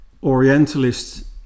orientalist